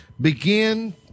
begin